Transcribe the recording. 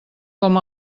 com